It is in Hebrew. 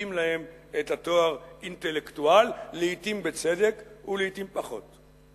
שמדביקים להם את התואר "אינטלקטואל" לעתים בצדק ולעתים פחות.